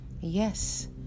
Yes